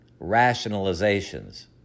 Rationalizations